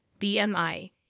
BMI